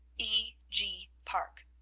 e. g. parke.